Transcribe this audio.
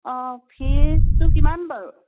অঁ ফিজটো কিমান বাৰু